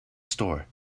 store